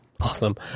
Awesome